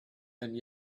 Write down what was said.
and